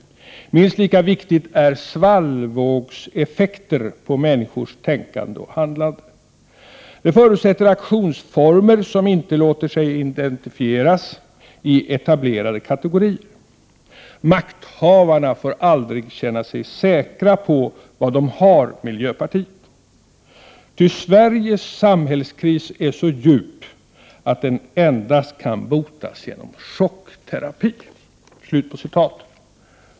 Minst lika viktigt är svallvågseffekter på människors tänkande och handlande. Det förutsätter aktionsformer som inte låter sig identifieras i etablerade kategorier. Makthavarna får aldrig känna sig säkra på var de har miljöpartiet. Ty Sveriges samhällskris är så djup att den endast kan botas genom chockterapi.” Vad menas?